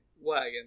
wagon